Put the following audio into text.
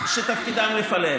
שתפקידם לפלג.